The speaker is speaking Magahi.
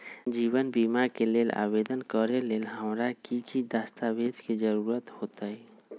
जीवन बीमा के लेल आवेदन करे लेल हमरा की की दस्तावेज के जरूरत होतई?